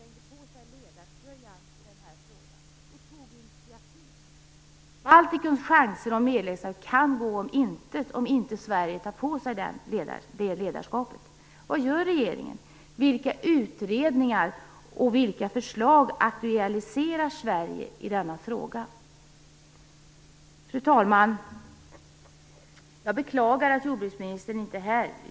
Östersjöpolitiken kan kantra om regeringen inte orkar lyfta frågan om reformeringen av jordbruket. Det vore bra om jordbruksministern krängde på sig ledartröjan i den här frågan och tog initiativ. Baltikums chanser till medlemskap kan gå om intet, om Sverige inte tar på sig det ledarskapet. Vad gör regeringen? Vilka utredningar och vilka förslag aktualiserar Sverige i denna fråga? Fru talman! Jag beklagar att jordbruksministern inte är här.